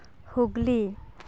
Hooghly